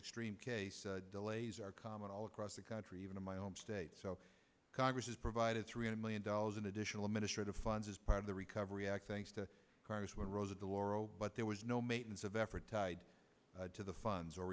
extreme case delays are common all across the country even in my home state so congress has provided three hundred million dollars in additional administrative funds as part of the recovery act thanks to congress where rosa de lauro but there was no maintenance of effort tied to the funds or